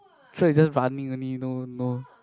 sure is just running only no no